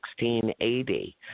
1680